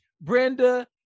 Brenda